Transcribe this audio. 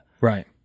Right